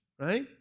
right